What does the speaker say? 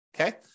okay